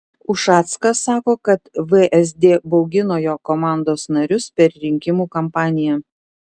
ušackas sako kad vsd baugino jo komandos narius per rinkimų kampaniją